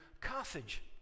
Carthage